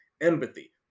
empathy